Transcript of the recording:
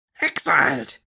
Exiled